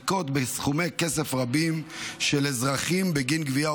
יודעת להגיע אל החייב ולגבות ממנו את החוב,